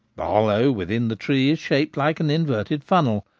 the hollow within the tree is shaped like an inverted funnel,